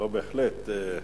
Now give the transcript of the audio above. בהחלט.